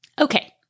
Okay